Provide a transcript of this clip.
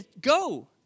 Go